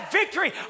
victory